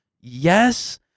yes